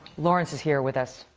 lawrence is here with us.